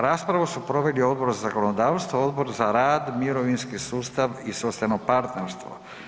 Raspravu su proveli Odbor za zakonodavstvo i Odbor za rad, mirovinski sustav i socijalno partnerstvo.